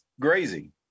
grazing